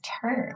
term